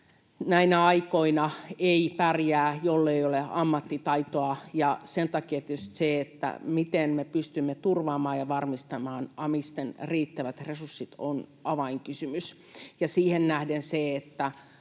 näinä aikoina ei pärjää, jollei ole ammattitaitoa. Sen takia tietysti se, miten me pystymme turvaamaan ja varmistamaan amisten riittävät resurssit, on avainkysymys, ja siihen nähden se, että